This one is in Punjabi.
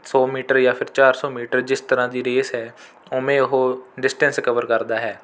ਸੌ ਮੀਟਰ ਜਾਂ ਫਿਰ ਚਾਰ ਸੌ ਮੀਟਰ ਜਿਸ ਤਰ੍ਹਾਂ ਦੀ ਰੇਸ ਹੈ ਉਵੇਂ ਉਹ ਡਿਸਟੇਸ਼ ਕਵਰ ਕਰਦਾ ਹੈ